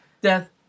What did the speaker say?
Death